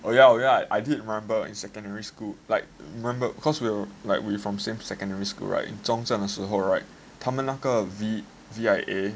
oh yeah oh yeah I did remember in secondary school like remember cause we were like we from same secondary school right 中正的时候 right 他们那个 V_I_A